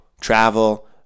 travel